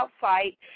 fight